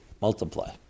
multiply